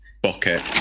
bucket